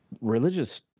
religious